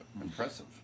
Impressive